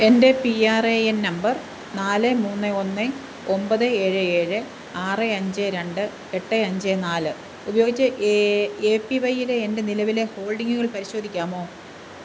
എൻ്റെ P R A N number നാല് മൂന്ന് ഒന്ന് ഒമ്പത് ഏഴ് ഏഴ് ആറ് അഞ്ച് രണ്ട് എട്ട് അഞ്ച് നാല് ഉപയോഗിച്ച് എ പി വൈ യിലെ എൻ്റെ നിലവിലെ ഹോൾഡിംഗുകൾ പരിശോധിക്കാമോ